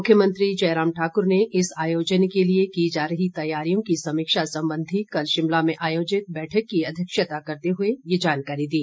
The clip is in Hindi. मुख्यमंत्री जय राम ठाकुर ने इस आयोजन के लिए की जा रही तैयारियों की समीक्षा के लिए कल शिमला में आयोजित बैठक की अध्यक्षता करते हुए यह जानकारी दी